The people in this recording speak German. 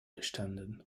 bestanden